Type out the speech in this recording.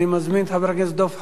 אני מזמין את חבר הכנסת דב חנין,